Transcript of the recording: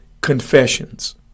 confessions